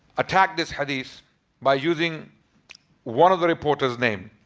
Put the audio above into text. attack this hadith by using one of the reporters name